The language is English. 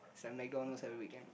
it's like McDonald every weekend